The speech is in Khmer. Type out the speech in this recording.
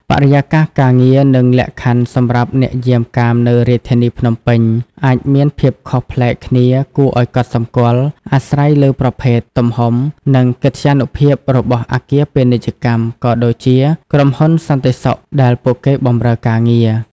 បរិយាកាសការងារ និងលក្ខខណ្ឌសម្រាប់អ្នកយាមកាមនៅរាជធានីភ្នំពេញ អាចមានភាពខុសប្លែកគ្នាគួរឲ្យកត់សម្គាល់ អាស្រ័យលើប្រភេទ ទំហំ និងកិត្យានុភាពរបស់អគារពាណិជ្ជកម្ម ក៏ដូចជា ក្រុមហ៊ុនសន្តិសុខដែលពួកគេបម្រើការងារ។